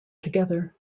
together